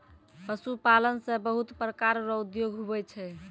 पशुपालन से बहुत प्रकार रो उद्योग हुवै छै